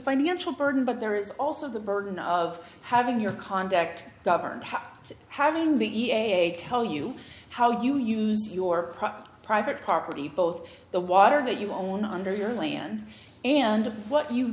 financial burden but there is also the burden of having your conduct governed to having the e a a tell you how you use your private property both the water that you own under your land and what you